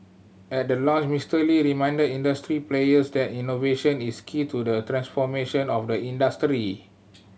at the launch Mister Lee reminded industry players that innovation is key to the transformation of the industry